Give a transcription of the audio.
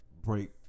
break